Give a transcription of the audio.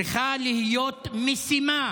צריכה להיות משימה